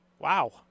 wow